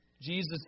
Jesus